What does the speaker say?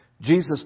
Jesus